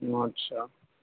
اچھا